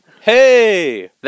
Hey